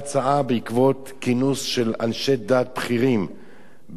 בעקבות כינוס של אנשי דת בכירים בארצות-הברית,